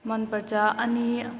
मनपर्छ अनि